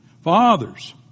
father's